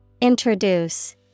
Introduce